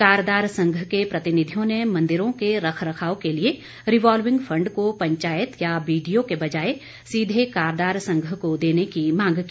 कारदार संघ के प्रतिनिधियों ने मंदिरों के रखरखाव के लिए रिवॉल्विंग फंड को पंचायत या बीडीओ के बजाए सीधे कारदार संघ को देने की मांग की